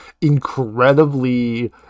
Incredibly